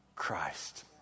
Christ